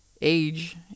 age